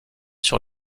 sur